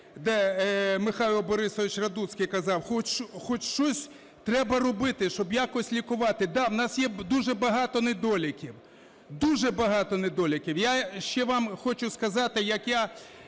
де Михайло Борисович Радуцький казав, хоч щось треба робити, щоб якось лікувати. Да, у нас є дуже багато недоліків. Дуже багато недоліків. Я ще вам хочу сказати, як я